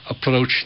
approach